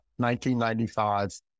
1995